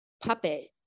puppet